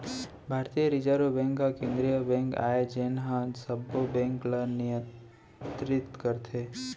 भारतीय reserve bank ह केंद्रीय बेंक आय जेन ह सबो बेंक ल नियतरित करथे